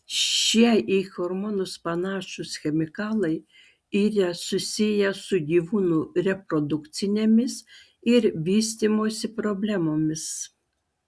šie į hormonus panašūs chemikalai yra susiję su gyvūnų reprodukcinėmis ir vystymosi problemomis